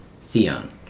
Theon